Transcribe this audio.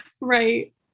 Right